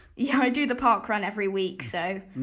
yeah, i do the park run every week so!